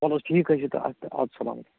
چلو حظ ٹھیٖک حظ چھُ تہٕ آد سا آد اسَلام